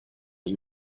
ihm